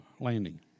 landing